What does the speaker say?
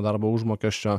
darbo užmokesčio